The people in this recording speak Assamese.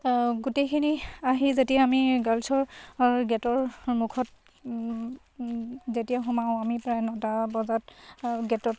গোটেইখিনি আহি যেতিয়া আমি গাৰ্লছৰ গেটৰ মুখত যেতিয়া সোমাওঁ আমি প্ৰায় নটা বজাত গেটত